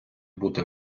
бути